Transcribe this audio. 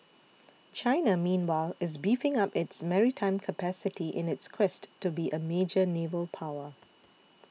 China meanwhile is beefing up its maritime capacity in its quest to be a major naval power